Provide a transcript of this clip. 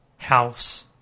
House